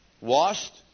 washed